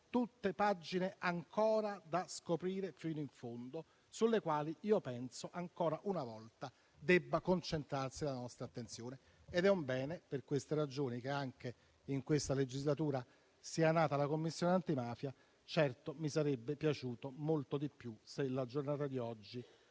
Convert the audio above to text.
tutte pagine ancora da scoprire fino in fondo, sulle quali io penso ancora una volta debba concentrarsi la nostra attenzione. Per queste ragioni è un bene che anche in questa legislatura sia nata la Commissione antimafia. Certo, mi sarebbe piaciuto molto di più se la giornata odierna